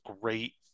great